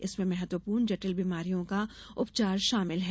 इसमें महत्वपूर्ण जटिल बीमारियों का उपचार शामिल है